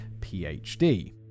PhD